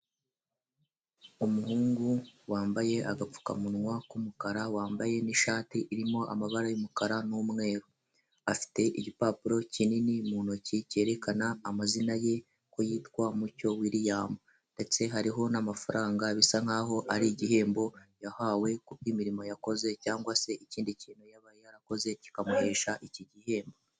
Umuhungu wambaye agapfukamunwa k'umukara, wambaye n'ishati irimo amabara y'umukara n'umweru . Afite igipapuro kinini mu ntoki cyerekana amazina ye ko yitwa Mucyo Williams ndetse hariho n'amafaranga bisa nkaho ari igihembo yahawe ,ku bw'imirimo yakoze cyangwa se ikindi kintu yaba yarakoze kikamuhesha iki gihembo.